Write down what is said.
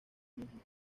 misma